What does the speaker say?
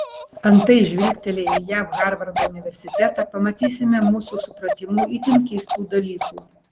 antai žvilgtelėję į jav harvardo universitetą pamatysime mūsų supratimu itin keistų dalykų